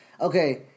okay